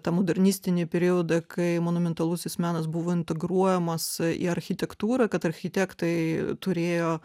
tą modernistinį periodą kai monumentalusis menas buvo integruojamas į architektūrą kad architektai turėjo